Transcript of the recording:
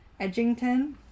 Edgington